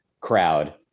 crowd